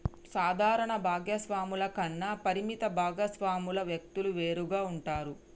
సాధారణ భాగస్వామ్యాల కన్నా పరిమిత భాగస్వామ్యాల వ్యక్తులు వేరుగా ఉంటారు